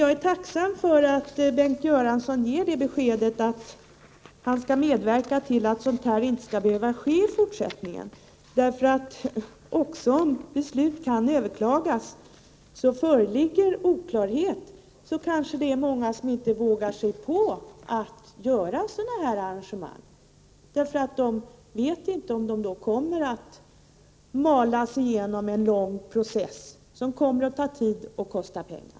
Jag är tacksam för att Bengt Göransson ger beskedet att han skall medverka till att sådant här inte skall behöva ske i fortsättningen. Även om beslut kan överklagas, föreligger det oklarheter. Det är kanske många som inte vågar sig på sådana här arrangemang därför att de inte vet om ärendet kommer att malas genom byråkratikvarnen i en lång process, som tar tid och kostar pengar.